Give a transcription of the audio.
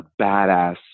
badass